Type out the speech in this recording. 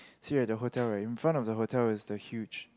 see at the hotel right in front of the hotel is the huge